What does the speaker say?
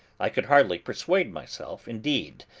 i could hardly persuade myself, indeed,